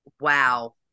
wow